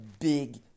big